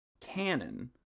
canon